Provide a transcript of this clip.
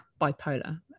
bipolar